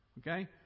Okay